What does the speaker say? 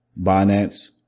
Binance